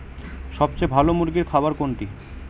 সবথেকে ভালো মুরগির খাবার কোনটি?